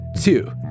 Two